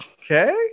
Okay